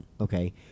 Okay